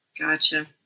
Gotcha